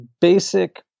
basic